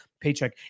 paycheck